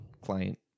client